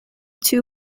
two